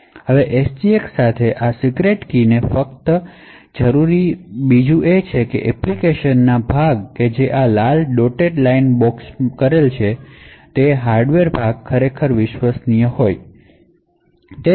હવે SGX સાથે આ સીક્રેટકીને ફક્ત તે જ જરૂરી છે કે એપ્લિકેશનમાંના ભાગો જે આ લાલ ડોટેડ લાઇનમાં બોક્સડ કરેલા છે અને આ હાર્ડવેરના ભાગો વિશ્વસનીય છે